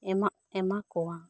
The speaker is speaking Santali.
ᱮᱢᱟᱜ ᱮᱢᱟ ᱠᱚᱣᱟ